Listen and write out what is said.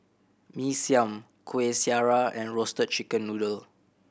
Mee Siam Kuih Syara and Roasted Chicken Noodle